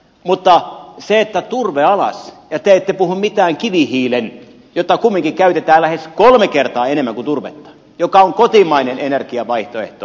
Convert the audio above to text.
mutta että turve alas ja te ette puhu mitään kivihiilestä jota kumminkin käytetään lähes kolme kertaa enemmän kuin turvetta joka on kotimainen energiavaihtoehto